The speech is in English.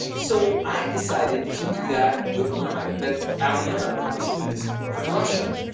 so, i decided to do that with one of my, that alyona, one of my students, from russia,